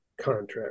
contract